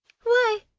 why,